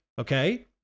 okay